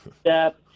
step